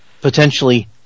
potentially